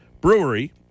Brewery